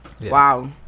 Wow